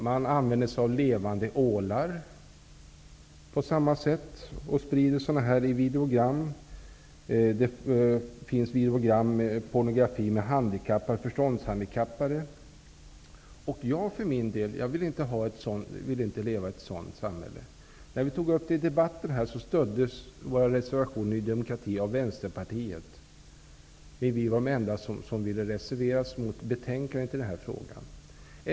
Man använder sig av levande ålar på samma sätt och sprider sådana videogram. Det finns i videogram också pornografi med förståndshandikappade. Jag vill för min del inte leva i ett sådant samhälle. När jag tog upp detta i debatten stöddes Ny demokratis reservation av Vänsterpartiet. Vi var de enda som ville reservera oss mot skrivningen i betänkandet i den här frågan.